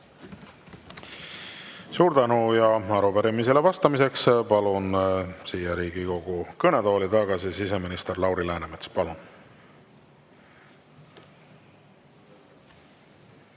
Suur tänu! Arupärimisele vastamiseks palun Riigikogu kõnetooli tagasi siseminister Lauri Läänemetsa. Palun!